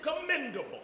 commendable